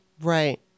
Right